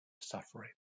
suffering